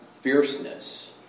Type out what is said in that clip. fierceness